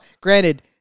granted